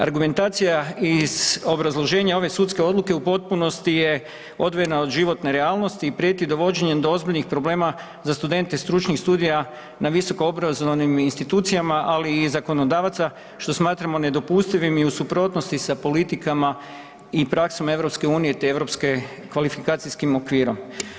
Argumentacija iz obrazloženja ove sudske odluke u potpunosti je odvojena od životne realnosti i prijeti dovođenjem do ozbiljnih problema za studente stručnih studija na visokoobrazovnim institucijama, ali i zakonodavaca, što smatramo nedopustivim i u suprotnosti sa politikama i praksama EU te Europskim kvalifikacijskim okvirom.